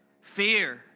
fear